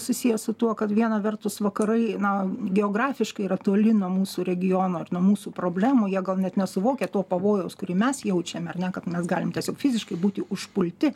susiję su tuo kad viena vertus vakarai na geografiškai yra toli nuo mūsų regiono ir nuo mūsų problemų jie gal net nesuvokia to pavojaus kurį mes jaučiame ar ne kad mes galim tiesiog fiziškai būti užpulti